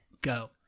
go